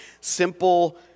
simple